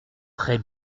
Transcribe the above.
très